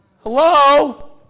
Hello